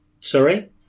Sorry